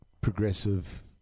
progressive